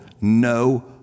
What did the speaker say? no